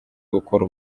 gukora